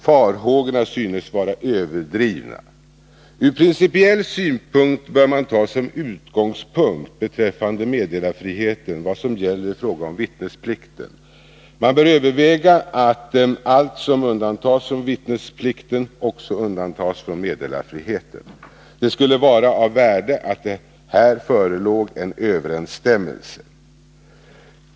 Farhågorna synes vara överdrivna. Ur principiell synpunkt bör man beträffande meddelarfriheten utgå från vad som gäller i fråga om vittnesplikten. Man bör överväga att allt som undantas från vittnesplikten också undantas från meddelarfriheten. Det skulle vara av värde om det här förelåg en överensstämmelse.